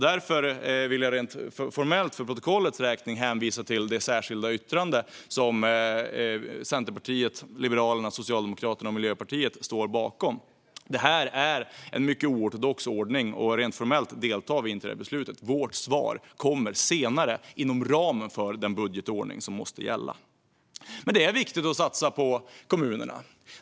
Därför vill jag rent formellt för protokollets räkning hänvisa till det särskilda yttrande som Centerpartiet, Liberalerna, Socialdemokraterna och Miljöpartiet står bakom. Det här är en mycket oortodox ordning. Rent formellt deltar vi inte i det här beslutet. Vårt svar kommer senare inom ramen för den budgetordning som måste gälla. Det är viktigt att satsa på kommunerna.